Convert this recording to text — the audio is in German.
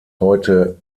heute